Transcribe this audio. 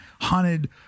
haunted